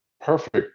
perfect